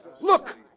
Look